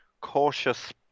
cautious